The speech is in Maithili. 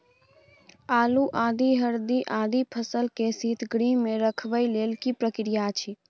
आलू, आदि, हरदी आदि फसल के शीतगृह मे रखबाक लेल की प्रक्रिया अछि?